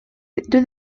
deux